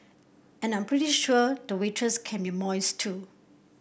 and I'm pretty sure the waitress can be moist too